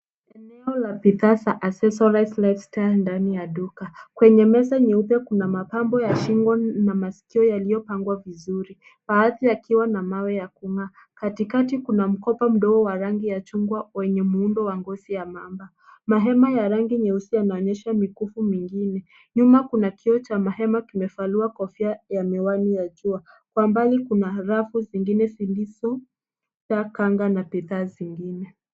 Eneo la bidhaa za Accesorize Lifestyle ndani ya duka. Kwenye meza nyeupe kuna mapambo ya shingo na masikio yaliyopangwa vizuri; baadhi yakiwa na mawe ya kung'aa. Katikati kuna mkoba mdogo wa rangi ya chungwa wenye muundo wa ngozi ya mamba. Mahema ya rangi nyeusi yanaonyesha mikufu mingine. Nyuma kuna kioo cha mahema kimevaliwa kofia ya miwani ya jua. Kwa mbali kuna rafu zingine zilizojaa kanga na bidhaa zingine.